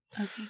Okay